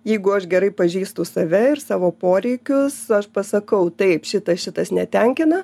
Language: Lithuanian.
jeigu aš gerai pažįstu save ir savo poreikius aš pasakau taip šitas šitas netenkina